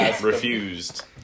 Refused